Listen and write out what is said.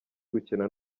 gukina